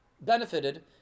benefited